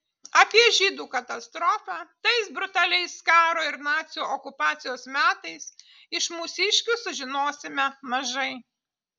apie žydų katastrofą tais brutaliais karo ir nacių okupacijos metais iš mūsiškių sužinosime mažai